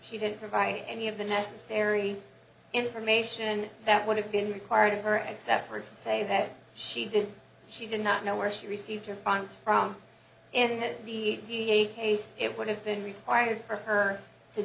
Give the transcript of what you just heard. she didn't provide any of the necessary information that would have been required her etc to say that she did she did not know where she received her funds from and had the d n a case it would have been required for her to